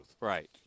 Right